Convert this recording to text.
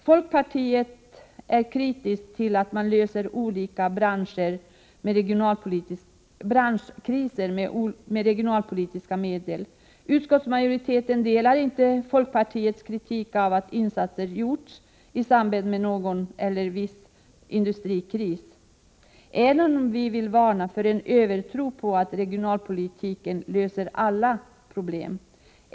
Folkpartiet är kritiskt till att man löser olika branschkriser med regionalpolitiska medel. Utskottsmajoriteten delar inte folkpartiets kritik av att insatser gjorts i samband med någon viss industrikris, även om vi vill varna för en övertro på att regionalpolitiken löser alla problem.